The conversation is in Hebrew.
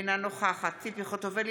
אינה נוכחת ציפי חוטובלי,